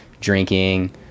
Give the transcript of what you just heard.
drinking